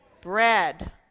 bread